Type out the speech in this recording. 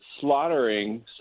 slaughtering